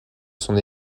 son